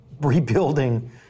rebuilding